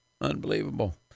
Unbelievable